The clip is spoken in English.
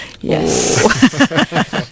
yes